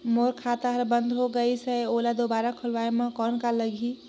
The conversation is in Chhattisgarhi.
मोर खाता हर बंद हो गाईस है ओला दुबारा खोलवाय म कौन का लगही?